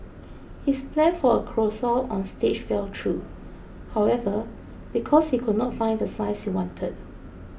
his plan for a carousel on stage fell through however because he could not find the size he wanted